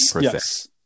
yes